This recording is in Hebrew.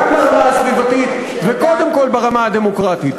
גם ברמה הסביבתית וקודם כול ברמה הדמוקרטית.